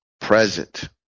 present